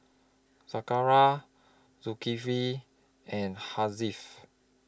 Zakaria Zulkifli and Hasif